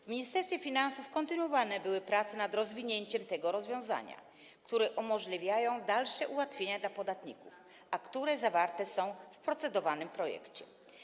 W Ministerstwie Finansów kontynuowane były prace nad rozwinięciem tego rozwiązania, które umożliwiają dalsze ułatwienia dla podatników, a które zawarte są w procedowanym projekcie.